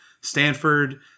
Stanford